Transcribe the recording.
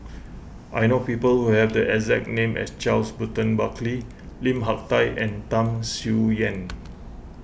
I know people who have the exact name as Charles Burton Buckley Lim Hak Tai and Tham Sien Yen